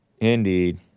Indeed